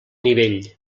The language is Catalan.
nivell